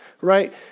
Right